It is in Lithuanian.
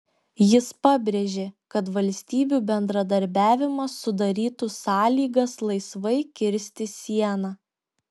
jis pabrėžė kad valstybių bendradarbiavimas sudarytų sąlygas laisvai kirsti sieną